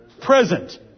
Present